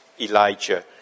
Elijah